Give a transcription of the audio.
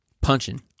Punching